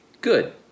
good